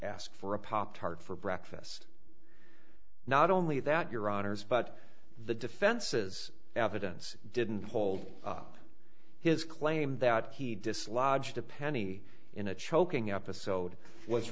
ask for a pop tart for breakfast not only that your honour's but the defense has evidence didn't hold up his claim that he dislodged a penny in a choking up a soda was